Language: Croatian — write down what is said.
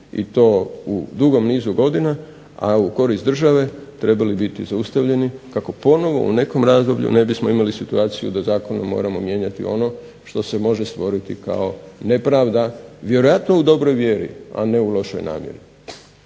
i to u dugom nizu godina, a u korist države, trebali biti zaustavljeni kako ponovno u nekom razdoblju ne bismo imali situaciju da zakonom moramo mijenjati ono što se može stvoriti kao nepravda, vjerojatno u dobroj vjeri a ne u lošoj namjeri.